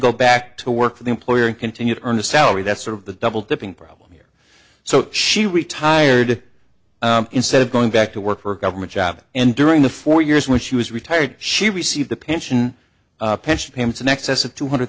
go back to work for the employer and continue to earn a salary that's sort of the double dipping problem so she retired instead of going back to work for a government job and during the four years when she was retired she received a pension pension payments in excess of two hundred